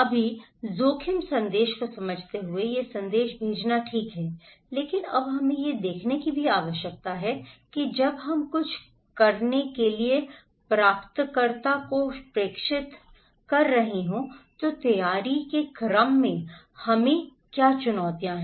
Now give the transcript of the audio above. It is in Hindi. अभी जोखिम संदेश को समझते हुए यह संदेश भेजना ठीक है लेकिन अब हमें यह देखने की आवश्यकता है कि जब हम कुछ करने के लिए प्राप्तकर्ता को प्रेषित कर रहे हैं तो तैयारी के क्रम में हमें क्या चुनौतियाँ हैं